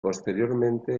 posteriormente